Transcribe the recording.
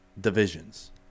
divisions